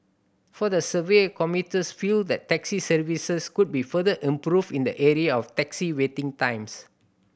from the survey commuters feel that taxi services could be further improved in the area of taxi waiting times